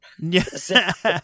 yes